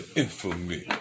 infamy